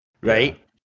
right